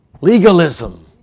Legalism